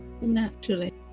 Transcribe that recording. Naturally